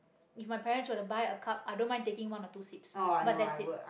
if my parents want to buy a cup I don't mind taking one or two seeps but that's it